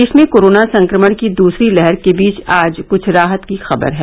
देश में कोरोना संक्रमण की दूसरी लहर के बीच आज क्छ राहत की खबर है